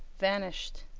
vanished.